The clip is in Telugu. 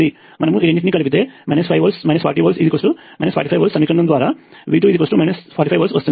మనము ఈ రెండింటిని కలిపితే 5v 40v 45v సమీకరణము ద్వారా V2 45v వస్తుంది